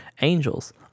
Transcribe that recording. angels